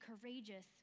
courageous